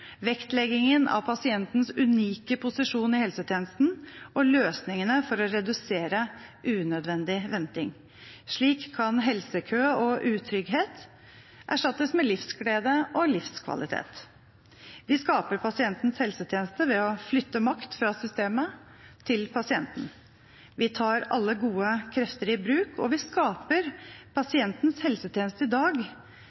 vektleggingen av pasientens unike posisjon i helsetjenesten og løsningene for å redusere unødvendig venting. Slik kan helsekø og utrygghet erstattes med livsglede og livskvalitet. Vi skaper pasientens helsetjeneste ved å flytte makt fra systemet til pasienten. Vi tar alle gode krefter i bruk, og vi skaper